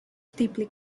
deeply